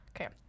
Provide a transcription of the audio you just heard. Okay